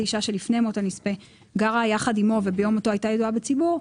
אישה שלפני מות הנספה גרה יחד עמו וביום מותו הייתה ידועה בציבור,